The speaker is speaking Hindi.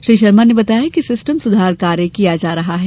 श्री शर्मा ने बताया कि सिस्टम सुधार का कार्य किया जा रहा है